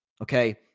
Okay